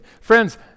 Friends